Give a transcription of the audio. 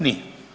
Nije.